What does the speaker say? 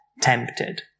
tempted